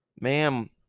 Ma'am